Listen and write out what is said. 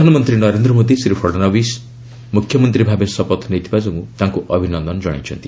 ପ୍ରଧାନମନ୍ତ୍ରୀ ନରେନ୍ଦ୍ର ମୋଦି ଶ୍ରୀ ଫଡନବିସ ମୁଖ୍ୟମନ୍ତ୍ରୀ ଭାବେ ଶପଥ ନେଇଥିବାରୁ ତାଙ୍କୁ ଅଭିନନ୍ଦନ ଜଣାଇଛନ୍ତି